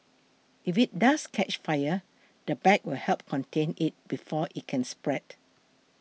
if it does catch fire the bag will help contain it before it can spread